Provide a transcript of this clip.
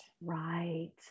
right